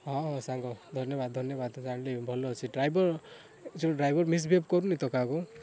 ହଁ ସାଙ୍ଗ ଧନ୍ୟବାଦ ଧନ୍ୟବାଦ ଜାଣିଲି ଭଲ ଅଛି ଡ୍ରାଇଭର ଯେଉଁ ଡ୍ରାଇଭର ମିସ୍ବିହେବ୍ କରୁନି ତ କାହାକୁ